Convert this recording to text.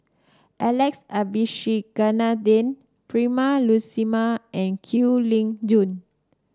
Alex Abisheganaden Prema Letchumanan and Kwek Leng Joo